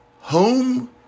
home